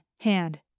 hand